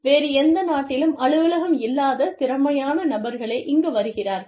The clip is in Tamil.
வேறு எந்த நாட்டிலும் அலுவலகம் இல்லாத திறமையான நபர்களே இங்கு வருகிறார்கள்